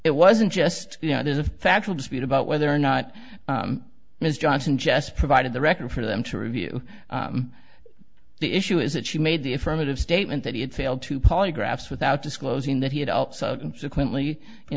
it wasn't just you know there's a factual dispute about whether or not ms johnson just provided the record for them to review the issue is that she made the affirmative statement that he had failed two polygraphs without disclosing that he had